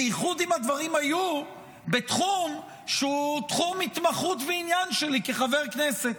בייחוד אם הדברים היו בתחום שהוא תחום התמחות ועניין שלי כחבר כנסת.